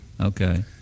Okay